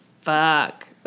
Fuck